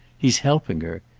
he's helping her,